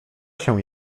się